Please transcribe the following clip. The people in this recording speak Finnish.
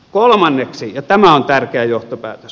kolmanneksi ja tämä on tärkeä johtopäätös